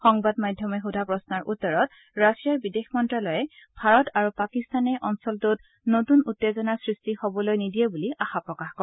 সংবাদ মাধ্যমে সোধা প্ৰশ্নৰ উত্তৰত ৰাছিয়াৰ বিদেশ মন্ত্যালয়ে ভাৰত আৰু পাকিস্তানে অঞ্চলটোত নতুন উত্তেজনাৰ সৃষ্টি হ'বলৈ নিদিয়ে বুলি আশা প্ৰকাশ কৰে